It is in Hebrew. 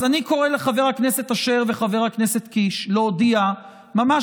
אני קורא לחבר הכנסת אשר ולחבר הכנסת קיש להודיע ממש